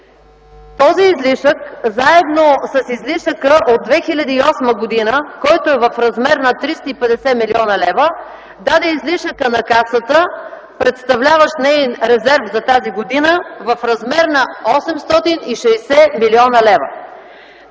Този излишък заедно с излишъка от 2008 г., който е в размер на 350 млн. лв., даде излишъка на Касата, представляващ неин резерв за тази година, в размер на 860 млн. лв.